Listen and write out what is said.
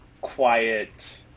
quiet